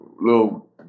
little